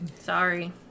Sorry